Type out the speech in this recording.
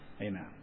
Amen